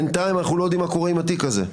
בינתיים אנחנו לא יודעים מה קורה עם התיק הזה.